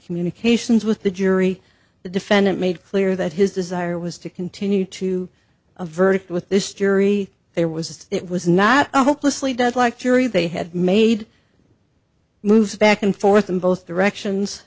communications with the jury the defendant made clear that his desire was to continue to a verdict with this jury there was it was not hopelessly deadlocked jury they had made moves back and forth in both directions